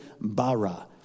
bara